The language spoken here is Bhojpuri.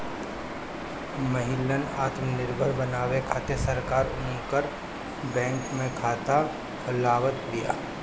महिलन आत्मनिर्भर बनावे खातिर सरकार उनकर बैंक में खाता खोलवावत बिया